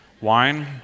wine